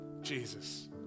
Jesus